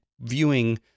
viewing